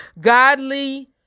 godly